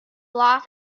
los